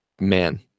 man